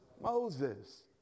Moses